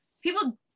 people